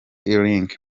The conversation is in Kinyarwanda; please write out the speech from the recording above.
link